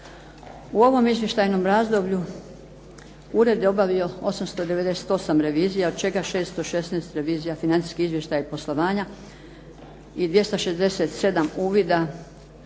U ovom izvještajnom razdoblju ured je obavio 898 revizija od čega 616 revizija financijski izvještaji i poslovanja i 267 uvida